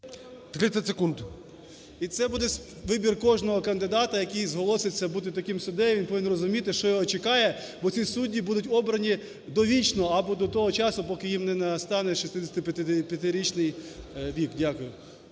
Р.П. І це буде вибір кожного кандидата, який зголоситься бути таким суддею. Він повинен розуміти, що його чекає. Бо ці судді будуть обрані довічно або до того часу, поки їм не настане 65-річний вік. Дякую.